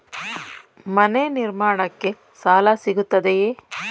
ಮನೆ ನಿರ್ಮಾಣಕ್ಕೆ ಸಾಲ ಸಿಗುತ್ತದೆಯೇ?